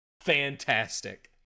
Fantastic